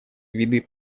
виды